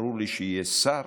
ברור לי שיהיה שר,